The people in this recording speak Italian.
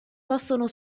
possono